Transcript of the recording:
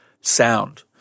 sound